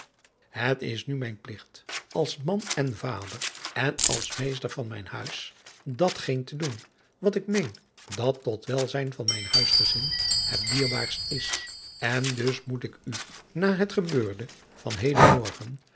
het is nu mijn pligt als man en vader en als meester van mijn huis dat geen te doen wat ik meen dat tot welzijn van mijn huisgezin het dienstbaarst is en dus moet ik u na het gebeurde van heden morgen